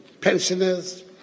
pensioners